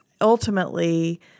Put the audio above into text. ultimately